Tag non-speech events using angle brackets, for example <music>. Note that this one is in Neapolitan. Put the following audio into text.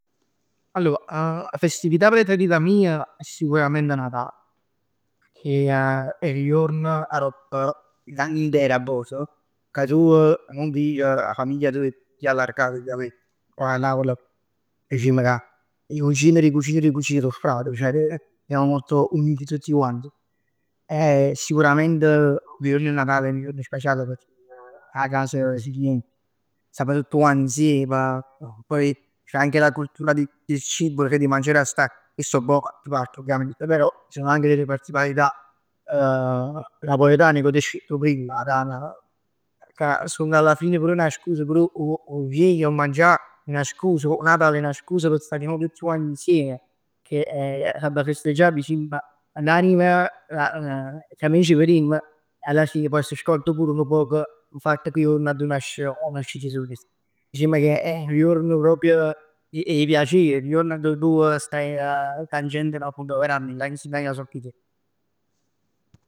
Allor, <hesitation> 'a festività preferita mij è sicurament Natal. Pecchè è nu juorn aropp, l'anni inter <unintelligible> ca tu nun vir 'a famiglia toja e t' allargà praticament. Poi a Napoli dicimm che 'e cugin d' 'e cugin d' 'e cugin so frat, ceh siamo molto uniti tutti quanti. <hesitation> Sicurament 'o juorn 'e Natale è nu juorn speciale pecchè 'a cas si riempie. Stamm tutt quant insiem. Poi c'è anche la cultura del cibo, cioè di mangiare assaje. Questo un pò a tutt part ovviamente, però ci sono anche delle particolarità <hesitation> napoletane, tipo 'o pesc e 'a carn, ca song alla fine pur 'na scusa, pur 'o 'o vin e 'o mangià è 'na scusa. 'O Natale è 'na scusa p' sta nu poc tutt quant insieme. Che adda festeggià dicimm l'anima <hesitation> ca nuje ci verimm e alla fin s' scord pur nu poc 'o fatt che è 'o juorn addo nasce, o nasce Gesù. Dicimm che è nu juorn proprj 'e 'e piacere. È nu juorn addo tu staje cu 'a gent ca cont verament. Là sì. <unintelligible>